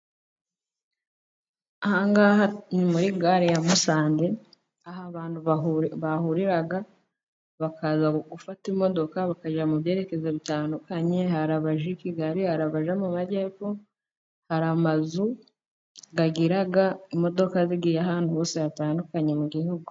Ahangaha ni muri gare ya Musanze, aho abantu bahurira bakaza gufata imodoka, bakagera mu byerekezo bitandukanye, hari abaje i Kigali, hari abajya mu Majyepfo, hari amazu agira imodoka zigiye ahantu hose hatandukanye mu gihugu.